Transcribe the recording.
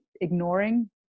ignoring